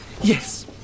yes